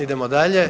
Idemo dalje.